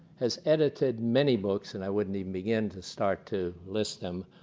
has edited many books, and i wouldn't even begin to start to list them.